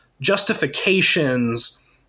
justifications